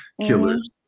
killers